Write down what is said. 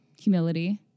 humility